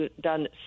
done